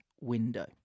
window